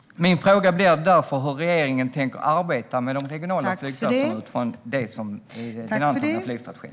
Min fråga blir därför: Hur tänker regeringen arbeta med de regionala flygplatserna utifrån den antagna flygstrategin?